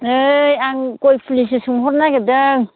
नै आं गय फुलिसो सोंहरनो नागिरदों